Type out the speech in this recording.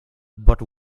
but